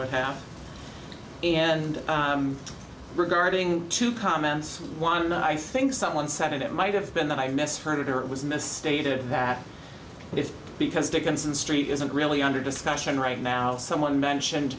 would have and regarding two comments one i think someone said it might have been that i misread it or it was mis stated that it is because dickinson street isn't really under discussion right now someone mentioned